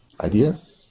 ideas